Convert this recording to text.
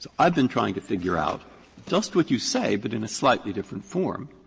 i've been trying to figure out just what you say, but in a slightly different form.